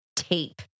tape